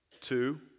Two